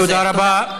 תודה רבה.